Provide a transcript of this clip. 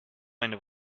meine